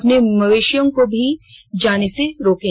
अपने मवेशियों को भी जाने से रोकें